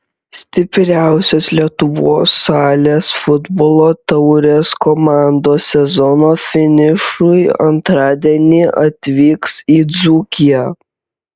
stipriausios lietuvos salės futbolo taurės komandos sezono finišui antradienį atvyks į dzūkiją